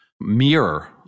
mirror